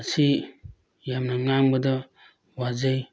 ꯑꯁꯤ ꯌꯥꯝꯅ ꯉꯥꯡꯕꯗ ꯋꯥꯖꯩ